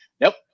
Nope